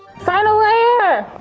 final layer!